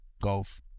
Golf